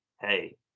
Hey